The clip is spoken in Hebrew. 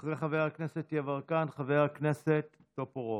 אחרי חבר הכנסת יברקן, חבר הכנסת טופורובסקי.